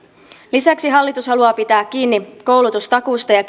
lisäksi hallitus haluaa pitää kiinni koulutustakuusta ja